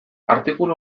artikulu